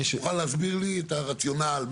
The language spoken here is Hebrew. תוכל להסביר לי את הרציונל?